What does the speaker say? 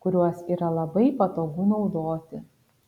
kuriuos yra labai patogu naudoti